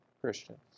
Christians